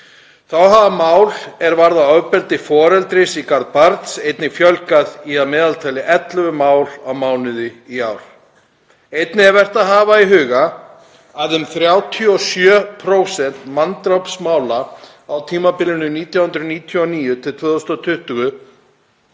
Þá hefur málum er varða ofbeldi foreldris í garð barns einnig fjölgað í að meðaltali 11 mál á mánuði í ár. Einnig er vert að hafa í huga að um 37% manndrápsmála á tímabilinu 1999–2020